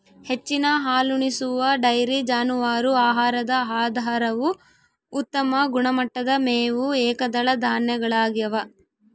ಹೆಚ್ಚಿನ ಹಾಲುಣಿಸುವ ಡೈರಿ ಜಾನುವಾರು ಆಹಾರದ ಆಧಾರವು ಉತ್ತಮ ಗುಣಮಟ್ಟದ ಮೇವು ಏಕದಳ ಧಾನ್ಯಗಳಗ್ಯವ